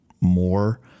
more